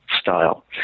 style